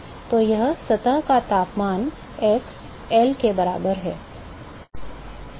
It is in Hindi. तो यह सतह का तापमान x L के बराबर है